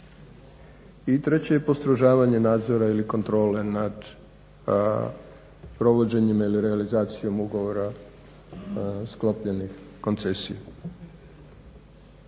I treće je postrožavanje nadzora ili kontrole nad provođenjem ili realizacijom ugovora sklopljenih koncesija.